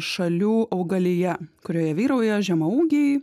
šalių augalija kurioje vyrauja žemaūgiai